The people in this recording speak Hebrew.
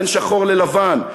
בין שחור ללבן,